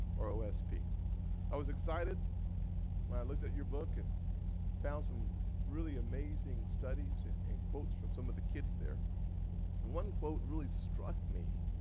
or osp. i was excited when i looked at your book and found some really amazing studies and and quotes from some of the kids there. and one quote really struck me